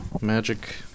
magic